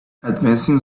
advancing